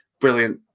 brilliant